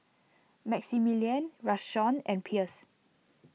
Maximilian Rashawn and Pierce